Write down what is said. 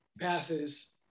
passes